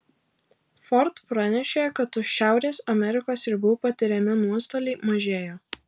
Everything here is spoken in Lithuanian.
ford pranešė kad už šiaurės amerikos ribų patiriami nuostoliai mažėja